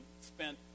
spent